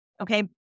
okay